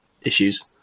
issues